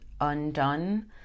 undone